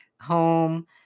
home